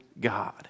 God